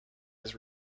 his